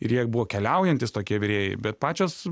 ir jie buvo keliaujantys tokie virėjai bet pačios